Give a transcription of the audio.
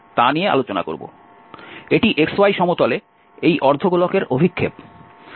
এটি xy সমতলে এই অর্ধ গোলকের অভিক্ষেপ